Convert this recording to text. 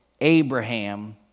Abraham